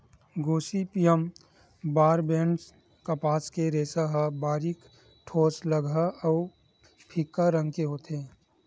Gossypium barbadense कपास के रेसा ह बारीक, ठोसलगहा अउ फीक्का रंग के होथे